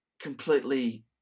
completely